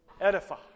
edify